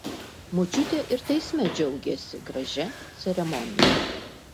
močiutė ir teisme džiaugėsi gražia ceremonija